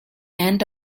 end